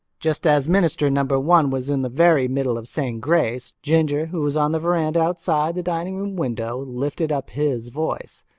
just as minister number one was in the very middle of saying grace, ginger, who was on the veranda outside the dining room window, lifted up his voice.